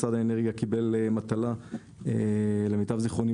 משרד האנרגיה קיבל מטלה - למיטב זכרוני,